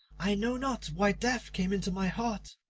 i know not why death came into my heart.